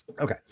Okay